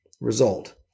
result